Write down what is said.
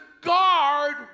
guard